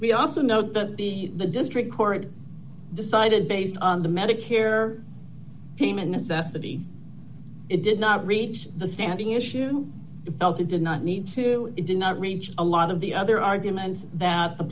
we also note that the district court decided based on the medicare payment necessity it did not reach the standing issue delta did not need to it did not reach a lot of the other arguments that the